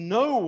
no